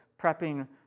prepping